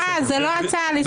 סליחה זו לא הצעה לסדר.